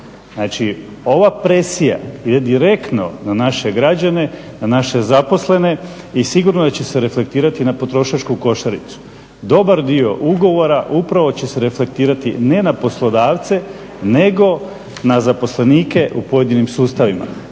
Znači ova presija ide direktno na naše građane, na naše zaposlene i sigurno da će se reflektirati na potrošačku košaricu. Dobar dio ugovora upravo će se reflektirati ne na poslodavce nego na zaposlenike u pojedinim sustavima.